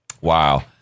Wow